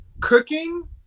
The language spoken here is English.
cooking